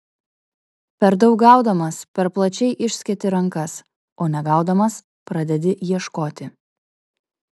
per daug gaudamas per plačiai išsketi rankas o negaudamas pradedi ieškoti